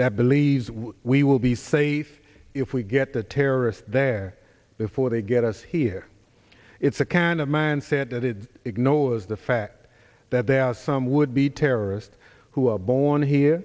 that believes we will be safe if we get the terrorists there before they get us here it's a kind of mindset that it ignores the fact that there are some would be terrorists who are born here